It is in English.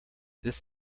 this